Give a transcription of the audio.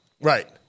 Right